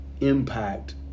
impact